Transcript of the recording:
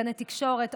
גני תקשורת,